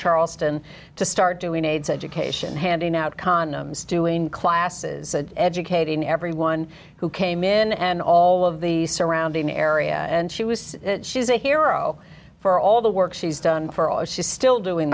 charleston to start doing aids education handing out condoms doing classes educating everyone who came in and all of the surrounding area and she was she's a hero for all the work she's done for all she's still doing